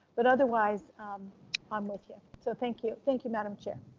but otherwise i'm with you, so thank you. thank you, madam chair.